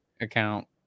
account